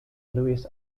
luis